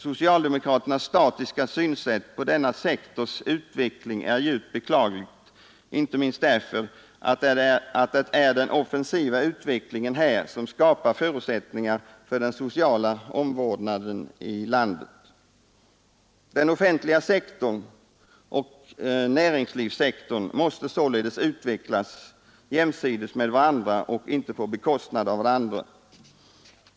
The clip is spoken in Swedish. Socialdemokraternas statiska syn på denna sektors utveckling är djupt beklaglig, inte minst därför att det är den offensiva utvecklingen här som skapar förutsättningar för den sociala omvårdnaden i landet. Den offentliga sektorn och näringslivssektorn måste således utvecklas jämsides med varandra och inte på bekostnad av varandra.